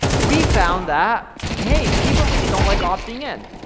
we found that hey people just don't like opting in.